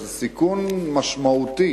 וזה סיכון משמעותי